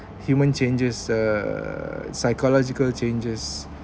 human changes uh psychological changes